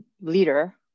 leader